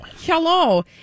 Hello